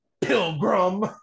pilgrim